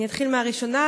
אני אתחיל בראשונה,